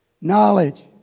knowledge